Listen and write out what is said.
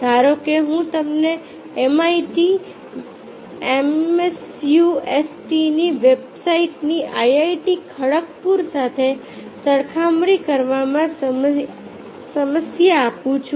ધારો કે હું તમને MIT મેસેચ્યુસેટ્સની વેબસાઈટની IIT ખડગપુર સાથે સરખામણી કરવામાં સમસ્યા આપું છું